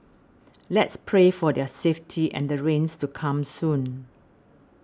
let's pray for their safety and the rains to come soon